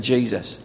Jesus